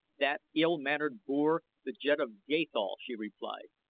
that ill-mannered boor, the jed of gathol, she replied.